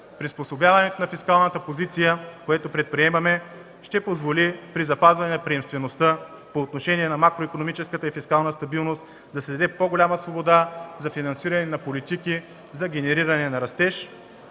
Приспособяването на фискалната позиция, което предприемаме, ще позволи при запазване на приемствеността на отношение на макроикономическата и фискална стабилност да се даде по-голяма свобода за финансиране на политики за генериране на растеж.